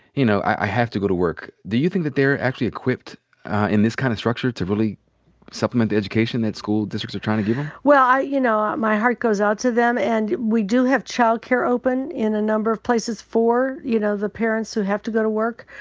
you know, i have to go to work. do you think that they're actually equipped in this kind of structure to really supplement the education that school districts are tryin' to give em? well, you know, my heart goes out to them. and we do have childcare open in a number of places for, you know, the parents who have to go to work.